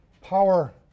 power